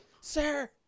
Sir